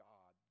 God